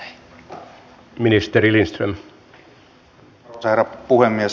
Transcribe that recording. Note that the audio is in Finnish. arvoisa herra puhemies